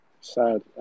Sad